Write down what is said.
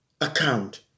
account